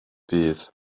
bydd